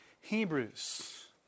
Hebrews